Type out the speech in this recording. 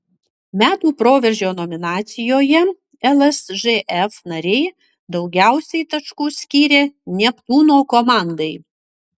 metų proveržio nominacijoje lsžf nariai daugiausiai taškų skyrė neptūno komandai